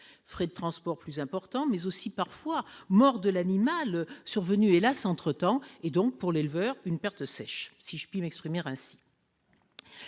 frais de transport plus importants, mais aussi parfois mort de l'animal survenue hélas ! entre-temps- et donc, pour l'éleveur, une perte sèche, si je puis m'exprimer ainsi.